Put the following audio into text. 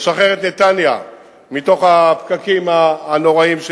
לשחרר את נתניה מהפקקים הנוראים.